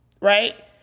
Right